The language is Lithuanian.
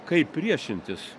kaip priešintis